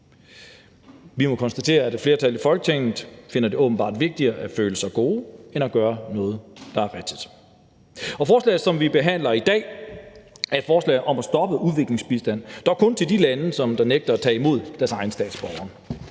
Vi må konstatere, at et flertal i Folketinget åbenbart finder det vigtigere at føle sig gode end at gøre noget, der er rigtigt. Forslaget, som vi behandler i dag, er et forslag om at stoppe udviklingsbistand, dog kun til de lande, som nægter at tage imod deres egne statsborgere.